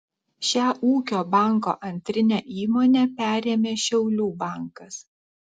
šią ūkio banko antrinę įmonę perėmė šiaulių bankas